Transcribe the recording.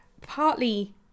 partly